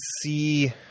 see